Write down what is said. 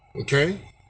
Okay